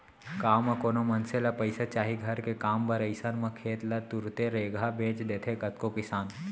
गाँव म कोनो मनसे ल पइसा चाही घर के काम बर अइसन म खेत ल तुरते रेगहा बेंच देथे कतको किसान